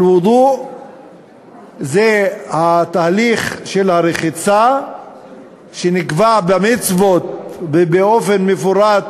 אל-ודוא זה תהליך הרחיצה שנקבע במצוות ובאופן מפורט